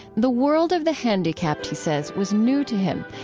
the world of the handicapped, he says, was new to him,